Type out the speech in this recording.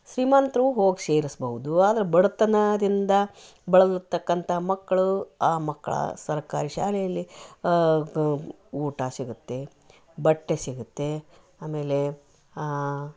ಶ್ರೀಮಂತರು ಹೋಗಿ ಸೇರಿಸ್ಬೌದು ಆದರೆ ಬಡತನದಿಂದ ಬಳಲುತ್ತಕ್ಕಂಥ ಮಕ್ಕಳು ಆ ಮಕ್ಕಳು ಸರ್ಕಾರಿ ಶಾಲೆಯಲ್ಲಿ ಊಟ ಸಿಗುತ್ತೆ ಬಟ್ಟೆ ಸಿಗುತ್ತೆ ಆಮೇಲೆ ಆ